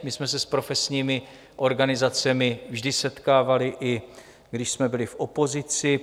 My jsme se s profesními organizacemi vždy setkávali, i když jsme byli v opozici.